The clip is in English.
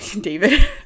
david